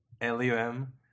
L-U-M